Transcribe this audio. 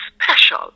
special